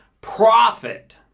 profit